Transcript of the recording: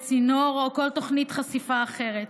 הצינור או כל תוכנית חשיפה אחרת.